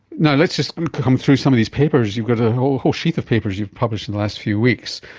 now, let's just and come through some of these papers. you've got a whole whole sheath of papers you've published in the last few weeks.